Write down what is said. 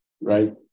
right